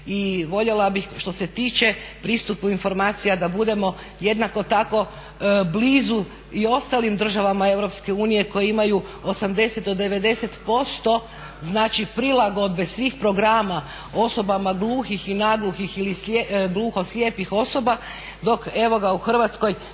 I voljela bih što se tiče pristupu informacija da budemo jednako tako blizu i ostalim državama Europske unije koji imaju 80 do 90% znači prilagodbe svih programa osobama gluhih i nagluhih ili gluhoslijepih osoba dok evo ga u Hrvatskoj